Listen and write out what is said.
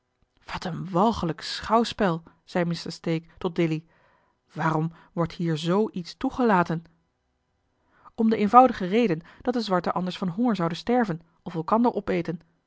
wat een walgelijk schouwspel zei mr stake tot dilly waarom wordt hier zoo iets toegelaten om de eenvoudige reden dat de zwarten anders van honger zouden sterven of elkander opeten